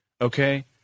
Okay